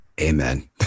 amen